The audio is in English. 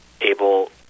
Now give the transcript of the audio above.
able